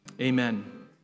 Amen